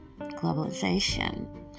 Globalization